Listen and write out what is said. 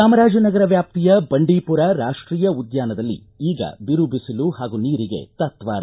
ಚಾಮರಾಜನಗರ ವ್ಯಾಪ್ತಿಯ ಬಂಡೀಪುರ ರಾಷ್ಟೀಯ ಉದ್ಯಾನದಲ್ಲಿ ಈಗ ಬಿರು ಬಿಸಿಲು ಹಾಗೂ ನೀರಿಗೆ ತಾತ್ವಾರ